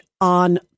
on